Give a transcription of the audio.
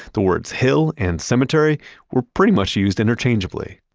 the words hill and cemetery were pretty much used interchangeably.